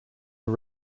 are